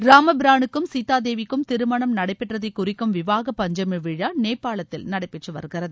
ராம பிரானுக்கும் சீதா தேவிக்கும் திருமணம் நடைபெற்றதை குறிக்கும் விவாஹ பஞ்சமி விழா நேபாளத்தில் நடைபெற்று வருகிறது